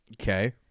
Okay